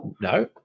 No